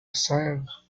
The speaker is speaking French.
serre